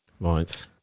Right